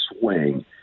swing